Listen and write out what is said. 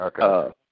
Okay